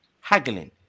haggling